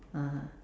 (uh huh)